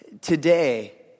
today